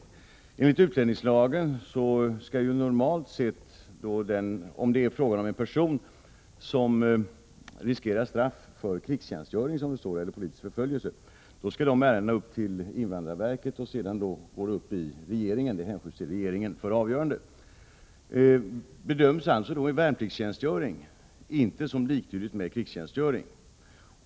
Normalt sett skall, enligt utlänningslagen, sådana ärenden riskerar straff för vägran att fullgöra krigstjänstgöring eller som riskerar att utsättas för politisk förföljelse hänvisas till invandrarverket för att sedan hänskjutas till regeringen för avgörande. Bedöms alltså värnpliktstjänstgöring inte som liktydig med krigstjänstgöring?